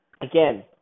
Again